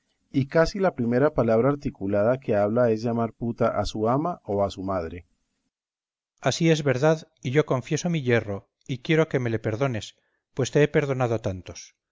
y casi la primera palabra articulada que habla es llamar puta a su ama o a su madre cipión así es verdad y yo confieso mi yerro y quiero que me le perdones pues te he perdonado tantos